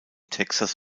texas